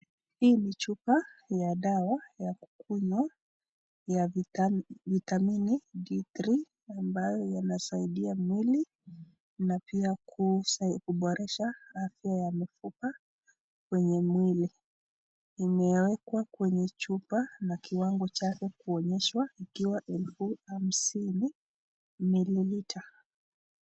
Hii ni chupa ya dawa ya kukunywa ya "vitamini D3", ambayo yanasaidia mwili na pia kuhusu kuboresha afya mifupa kwenye mwili, imewekwa kwenye chupa na kiwango chake kuonyeshwa ikiwa elfu hamsini "millilitre".